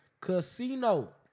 Casino